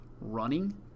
running